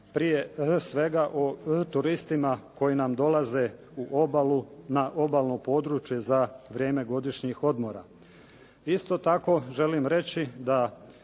prije svega o turistima koji nam dolaze na obalno područje za vrijeme godišnjih odmora. Isto tako želim reći da